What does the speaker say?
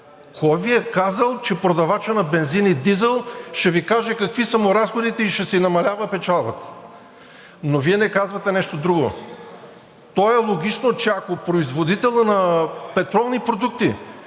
Кой Ви е казал, че продавачът на бензин и дизел ще Ви каже какви са му разходите и ще си намалява печалбата? Но Вие не казвате нещо друго. То е логично, че ако производителят на петролни продукти